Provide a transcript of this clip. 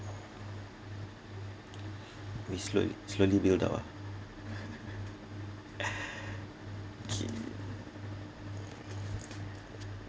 we slowly slowly build up ah okay